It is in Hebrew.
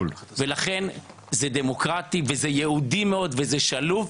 ולכן זה דמוקרטי וזה יהודי מאוד וזה שלוב,